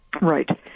Right